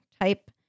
type